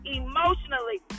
emotionally